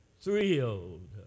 thrilled